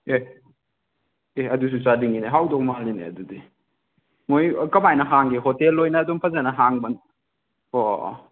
ꯑꯦ ꯑꯦ ꯑꯗꯨꯁꯨ ꯆꯥꯅꯤꯡꯉꯤꯅꯦ ꯍꯥꯎꯗꯧ ꯃꯜꯂꯤꯅꯦ ꯑꯗꯨꯗꯤ ꯃꯣꯏ ꯀꯃꯥꯏꯅ ꯍꯥꯡꯒꯦ ꯍꯣꯇꯦꯜ ꯑꯣꯏꯅ ꯑꯗꯨꯝ ꯐꯖꯅ ꯍꯥꯡꯕ ꯑꯣ ꯑꯣ ꯑꯣ